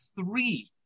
three